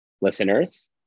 listeners